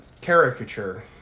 caricature